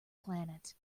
planet